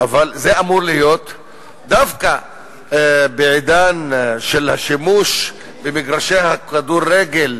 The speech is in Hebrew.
אבל זה אמור להיות דווקא בעידן של השימוש במגרשי הכדורגל,